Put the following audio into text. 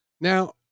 Now